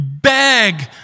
beg